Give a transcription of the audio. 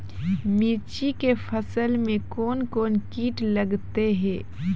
मिर्ची के फसल मे कौन कौन कीट लगते हैं?